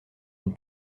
une